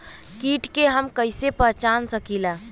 कीट के हम कईसे पहचान सकीला